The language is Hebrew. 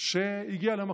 בהיריון שהגיעה למקום,